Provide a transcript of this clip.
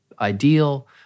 ideal